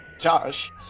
Josh